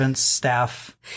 staff